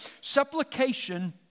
Supplication